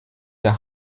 der